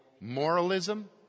moralism